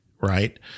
right